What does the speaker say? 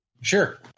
Sure